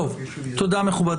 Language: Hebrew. תודה.